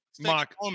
Mark